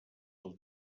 del